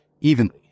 evenly